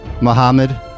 Muhammad